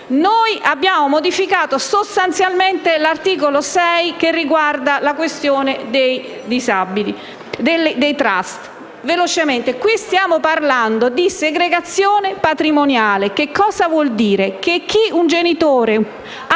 Abbiamo modificato sostanzialmente l'articolo 6 che riguarda la questione dei *trust*. Stiamo parlando di segregazione patrimoniale; vuol dire